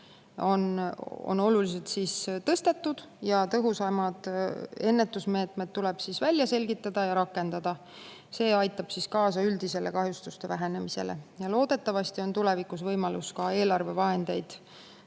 on oluliselt tõstetud ning tõhusamad ennetusmeetmed tuleb välja selgitada ja neid rakendada. See aitab kaasa üldisele kahjustuste vähenemisele. Loodetavasti on tulevikus võimalus ka eelarve vahenditega,